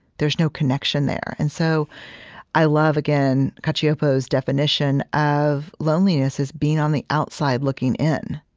there's no connection there and so i love, again, cacioppo's definition of loneliness as being on the outside, looking in.